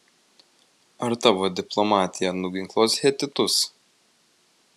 ar tavo diplomatija nuginkluos hetitus